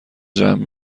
جمع